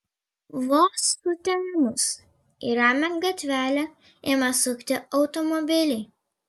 vos sutemus į ramią gatvelę ima sukti automobiliai